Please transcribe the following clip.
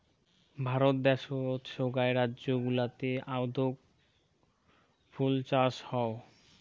ভারত দ্যাশোত সোগায় রাজ্য গুলাতে আদৌক ফুল চাষ হউ